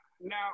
Now